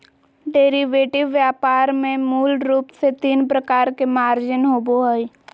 derivative व्यापार में मूल रूप से तीन प्रकार के मार्जिन होबो हइ